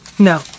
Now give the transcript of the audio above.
No